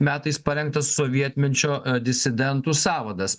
metais parengtas sovietmečio disidentų sąvadas